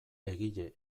egile